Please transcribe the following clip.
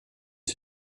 für